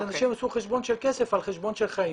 אז אנשים עשו חשבון של כסף על חשבון של חיים.